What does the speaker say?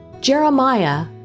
Jeremiah